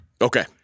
Okay